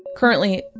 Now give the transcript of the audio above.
currently,